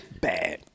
bad